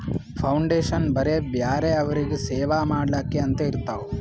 foundation ಬರೇ ಬ್ಯಾರೆ ಅವ್ರಿಗ್ ಸೇವಾ ಮಾಡ್ಲಾಕೆ ಅಂತೆ ಇರ್ತಾವ್